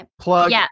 plug